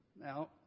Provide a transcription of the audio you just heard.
Now